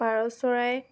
পাৰ চৰাই